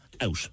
out